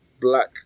black